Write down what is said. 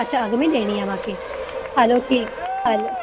अच्छा अॻिमें ॾियणी आहे मूंखे हलो ठीकु हलो